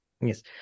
yes